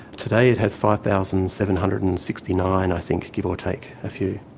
today it has five thousand seven hundred and sixty nine i think, give or take a few.